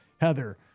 Heather